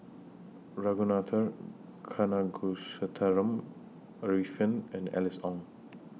Ragunathar Kanagasuntheram Arifin and Alice Ong